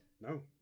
No